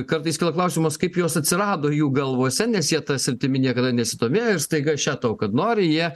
kartais kyla klausimas kaip jos atsirado jų galvose nes jie ta sritimi niekada nesidomėjo ir staiga še tau kad nori jie